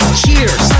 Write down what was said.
cheers